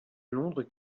londres